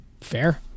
Fair